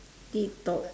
did talk